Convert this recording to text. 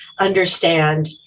understand